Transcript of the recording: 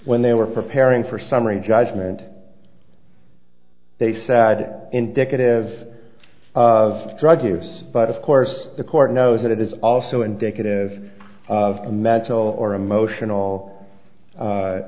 when they were preparing for summary judgment they said indicative of drug use but of course the court knows that it is also indicative of a mental or emotional